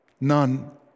None